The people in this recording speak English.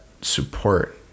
support